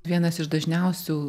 vienas iš dažniausių